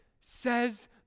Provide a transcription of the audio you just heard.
says